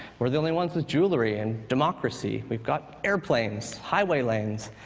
we're the only ones with jewelry and democracy. we've got airplanes, highway lanes,